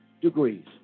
degrees